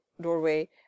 doorway